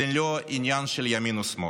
זה לא עניין של ימין או שמאל,